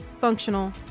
functional